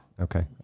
Okay